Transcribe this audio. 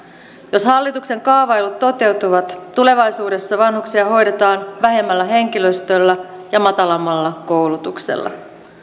jos hallituksen kaavailut toteutuvat tulevaisuudessa vanhuksia hoidetaan vähemmällä henkilöstöllä ja matalammalla koulutuksella